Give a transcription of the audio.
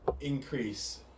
increase